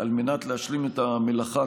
אבל את תסכימי איתי,